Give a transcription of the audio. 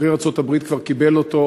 שגריר ארצות-הברית כבר קיבל אותו.